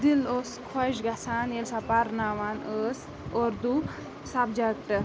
دِل اوس خۄش گَژھان ییٚلہِ سۄ پَرناوان ٲس اُردو سَبجَکٹ